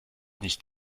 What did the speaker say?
nicht